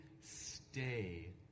Stay